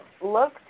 look